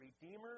Redeemer